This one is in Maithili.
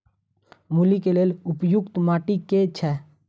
मूली केँ लेल उपयुक्त माटि केँ छैय?